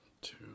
two